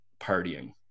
partying